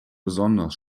besonders